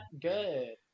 good